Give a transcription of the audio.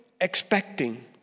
expecting